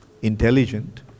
Intelligent